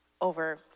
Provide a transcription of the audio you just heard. Over